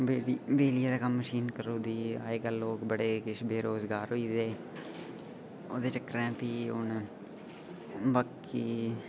बिजलिया दा कम्म मशीन करी ओड़दी अजकल दे लोक किश बड़े बेरोजगार होई दे ओह्दे चक्करें प्ही हू'न बाकी